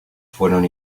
fueron